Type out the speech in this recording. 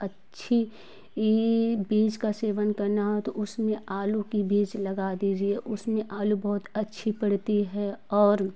अच्छी बीज का सेवन करना तो उसमें आलू कि बीज लगा दीजिए उसमें आलू बहुत अच्छी पड़ती है और